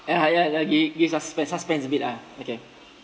ah ya ya he he sus~ suspense a bit lah okay